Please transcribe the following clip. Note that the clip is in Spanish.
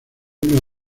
una